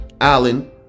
Alan